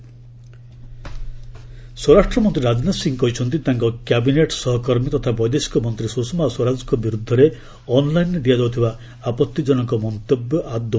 HM Sushma ଟ୍ରୋଲି ସ୍ୱରାଷ୍ଟ୍ରମନ୍ତ୍ରୀ ରାଜନାଥ ସିଂ କହିଛନ୍ତି ତାଙ୍କ କ୍ୟାବିନେଟ୍ ସହକର୍ମୀ ତଥା ବୈଦେଶିକ ମନ୍ତ୍ରୀ ସୁଷମା ସ୍ୱରାଜଙ୍କ ବିରୁଦ୍ଧରେ ଅନ୍ଲାଇନ୍ରେ ଦିଆଯାଉଥିବା ଆପତ୍ତିଜନକ ମନ୍ତବ୍ୟ ଆଦେ